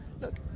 look